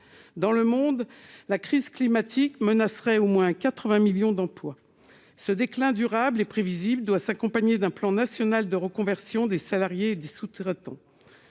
dans le monde, la crise climatique menacerait au moins 80 millions d'emplois ce déclin durable et prévisible, doit s'accompagner d'un plan national de reconversion des salariés des sous-traitants,